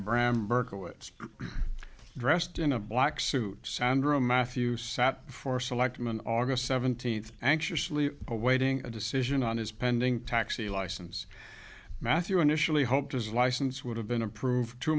berkowitz dressed in a black suit sandro matthew sat for selectman aug seventeenth anxiously awaiting a decision on his pending taxi license matthew initially hoped his license would have been approved two